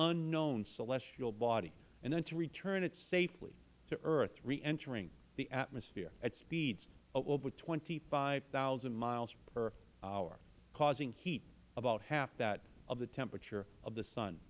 unknown celestial body and then to return it safely to earth reentering the atmosphere at speeds of over twenty five thousand miles per miles per hour causing heat about half that of the temperature of the sun